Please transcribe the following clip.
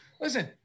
listen